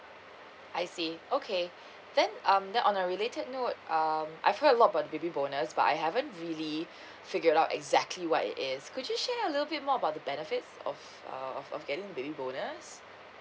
I see okay then um then on a related note um I've heard a lot about the baby bonus but I haven't really figure out exactly what it is could you share a little bit more about the benefits of uh of of getting baby bonus